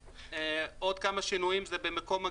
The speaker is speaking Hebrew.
עוד כמה שינויים זה במקום הגידול.